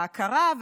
להכרה,